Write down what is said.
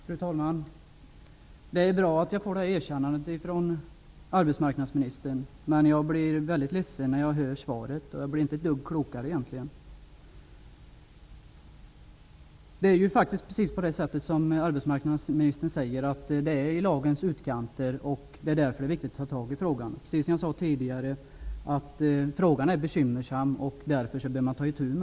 Fru talman! Det är bra att jag får det erkännandet av arbetsmarknadsministern. Men jag blir väldigt ledsen när jag hör svaret. Jag blir egentligen inte ett dugg klokare. Det är faktiskt precis på det sätt som arbetsmarknadsministern säger, att man befinner sig i lagens utkanter. Därför är det viktigt att ta itu med frågan. Som jag sade tidigare är detta bekymmersamt.